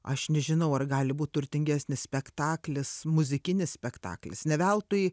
aš nežinau ar gali būt turtingesnis spektaklis muzikinis spektaklis ne veltui